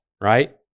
right